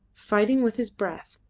fighting with his breath,